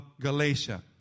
Galatia